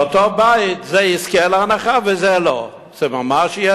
באותו בית, זה יזכה להנחה וזה לא.